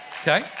Okay